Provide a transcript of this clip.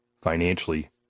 financially